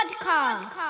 podcast